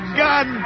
gun